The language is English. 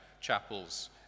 chapels